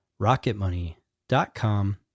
rocketmoney.com